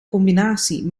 combinatie